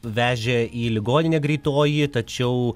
vežė į ligoninę greitoji tačiau